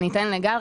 אני אתן לגל,